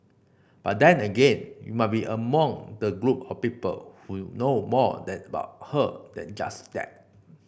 but then again you might be among the group of people who know more that about her than just that